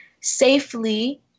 safely